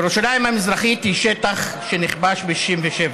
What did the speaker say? ירושלים המזרחית היא שטח שנכבש ב-67'.